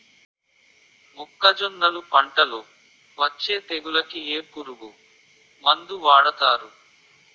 మొక్కజొన్నలు పంట లొ వచ్చే తెగులకి ఏ పురుగు మందు వాడతారు?